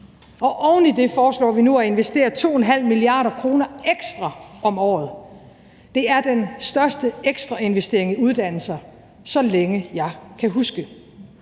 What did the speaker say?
og oven i det foreslår vi nu at investere 2,5 mia. kr. ekstra om året. Det er den største ekstra investering i uddannelser, så længe jeg kan huske.